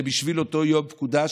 זה בשביל אותו יום פקודה,